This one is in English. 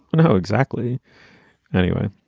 i know. exactly anyway,